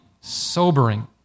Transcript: sobering